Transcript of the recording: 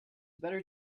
better